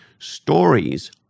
Stories